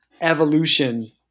evolution